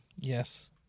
yes